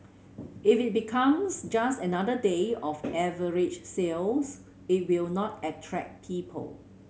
if it becomes just another day of average sales it will not attract people